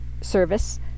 service